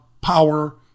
Power